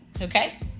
Okay